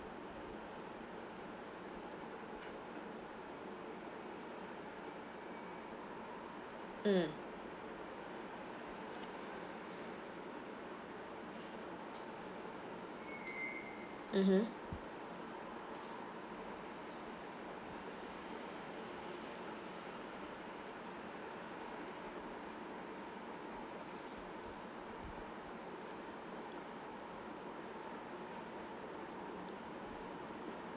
mm mmhmm